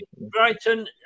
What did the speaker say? Brighton